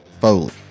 Foley